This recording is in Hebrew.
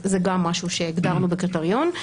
זה גם משהו שהגדרנו בקריטריון.